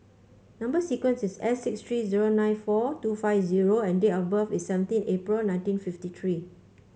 number sequence is S six three zero nine four two five zero and date of birth is seventeen April nineteen fifty three